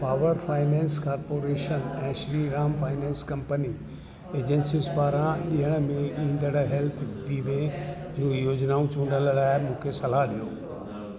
power finance corporation ऐं Shriram finance company एजेंसियुनि पारां ॾियण में ईंदड़ हेल्थ वीमे जूं योजनाऊं चूंडण लाइ मूंखे सलाह ॾियो